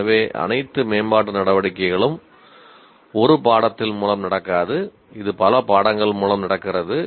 எனவே அனைத்து மேம்பாட்டு நடவடிக்கைகளும் ஒரு பாடத்தின் மூலம் நடக்காது இது பல பாடங்கள் மூலம் நடக்கிறது